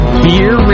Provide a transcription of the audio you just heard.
beer